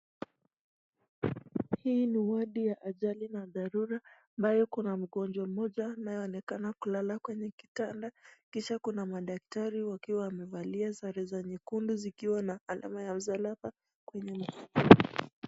Hii ni wodi ya ajali na darura ambayo Kuna magojwa mmoja anayeonekana kulala kwenye kitanda Kisha Kuna madaktari wakiwa wamevalia sare za nyekundu zikiwa na alama ya msalaba kwenye.